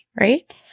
right